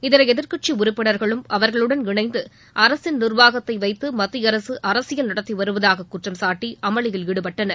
இதர எதிர்க்கட்சி உறுப்பினர்களும் அவர்களுடன் இணைந்து அரசின் நிர்வாகத்தை வைத்து மத்திய அரசு அரசியல் நடத்தி வருவதாக குற்றம்சாட்டி அமளியில் ஈடுபட்டனர்